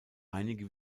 einige